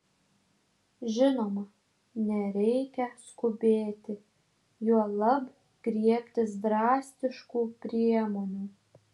žinoma nereikia skubėti juolab griebtis drastiškų priemonių